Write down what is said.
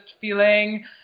feeling